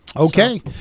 Okay